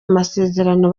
amasezerano